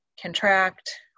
contract